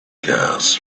gas